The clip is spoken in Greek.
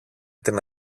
την